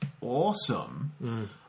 awesome